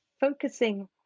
focusing